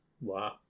Wow